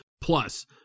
plus